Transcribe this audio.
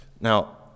Now